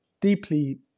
deeply